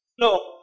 No